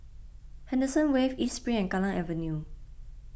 Henderson Wave East Spring and Kallang Avenue